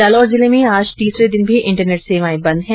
जालौर जिले में आज तीसरे दिन भी इंटरनेट सेवाएं बंद है